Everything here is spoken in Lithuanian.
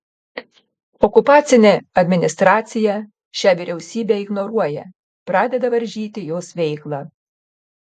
okupacinė administracija šią vyriausybę ignoruoja pradeda varžyti jos veiklą